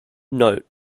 note